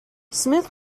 smith